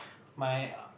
my uh